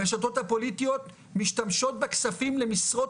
הרשתות הפוליטיות משתמשות בכספים למשרות